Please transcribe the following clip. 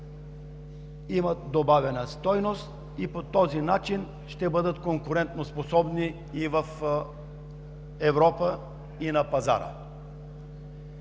имат добавена стойност и по този начин ще бъдат конкурентоспособни и в Европа, и на пазара.